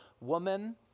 woman